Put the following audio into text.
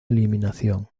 eliminación